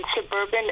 suburban